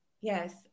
Yes